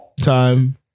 time